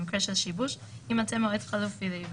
במקרה של שיבוש, יימצא מועד חלופי להיוועדות".